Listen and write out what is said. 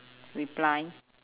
reply